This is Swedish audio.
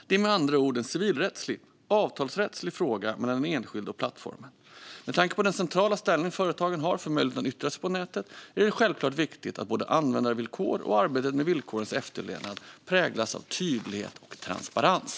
Det är med andra ord en civilrättslig, avtalsrättslig fråga mellan den enskilde och plattformen. Med tanke på den centrala ställning företagen har för möjligheten att yttra sig på nätet är det självklart viktigt att både användarvillkor och arbetet med villkorens efterlevnad präglas av tydlighet och transparens.